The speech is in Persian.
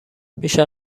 میشه